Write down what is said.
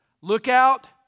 Lookout